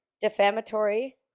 defamatory